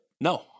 No